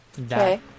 Okay